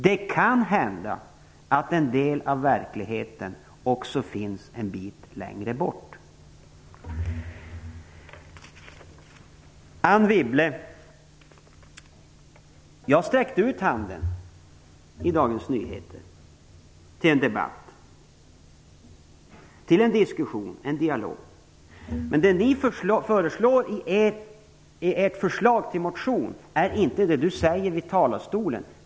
Det kan hända att en del av verkligheten också finns en bit längre bort. Jag sträckte ut handen i Dagens Nyheter till debatt, diskussion och dialog, Anne Wibble. Men det ni föreslår i er motion är inte det Anne Wibble säger i talarstolen.